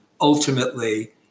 ultimately